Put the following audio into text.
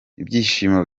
ibyishimo